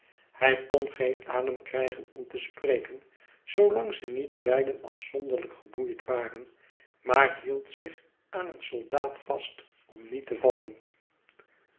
hij kon geenadem krijgen om te spreken zoolang ze niet beiden afzonderlijk geboeid waren maar hield zich aan een soldaat vast om niet te vallen